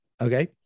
Okay